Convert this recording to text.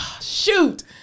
shoot